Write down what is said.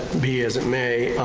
be as it may,